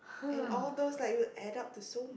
and all those like you add to so